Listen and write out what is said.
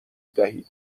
دهید